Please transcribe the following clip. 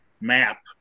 map